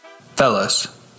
Fellas